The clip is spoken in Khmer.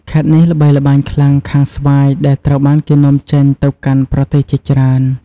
ខេត្តនេះល្បីល្បាញខ្លាំងខាងស្វាយដែលត្រូវបានគេនាំចេញទៅកាន់ប្រទេសជាច្រើន។